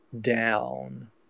down